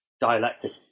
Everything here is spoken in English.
dialectic